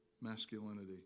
masculinity